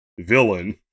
villain